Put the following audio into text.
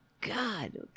god